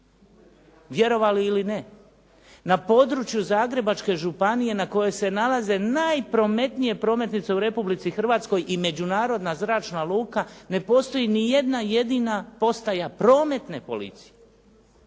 vjerovali ili ne. Na području Zagrebačke županije na kojoj se nalaze najprometnije prometnice u Republici Hrvatskoj i međunarodna zračna luka, ne postoji nijedna jedina postaja prometne policije.